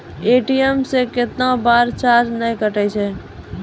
ATM से कैतना बार चार्ज नैय कटै छै?